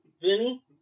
Vinny